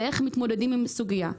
ואיך מתמודדים עם סוגיה.